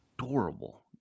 adorable